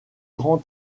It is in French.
grand